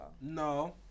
no